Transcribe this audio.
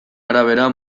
arabera